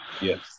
Yes